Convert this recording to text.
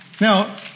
Now